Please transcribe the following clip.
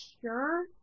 sure